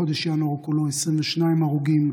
ובחודש ינואר כולו, 22 הרוגים.